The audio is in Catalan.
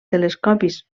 telescopis